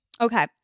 Okay